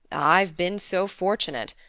i've been so fortunate.